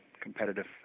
competitive